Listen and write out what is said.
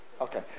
Okay